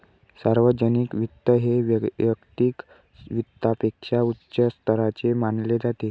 सार्वजनिक वित्त हे वैयक्तिक वित्तापेक्षा उच्च स्तराचे मानले जाते